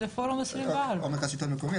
פורום 24. או מרכז השלטון המקומי,